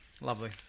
Lovely